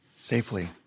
Safely